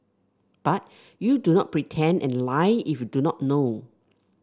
but you do not pretend and lie if you do not know